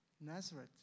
Nazareth